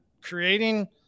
creating